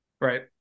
Right